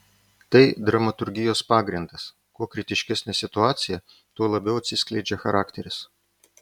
tai dramaturgijos pagrindas kuo kritiškesnė situacija tuo labiau atsiskleidžia charakteris